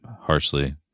harshly